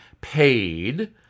paid